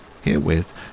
Herewith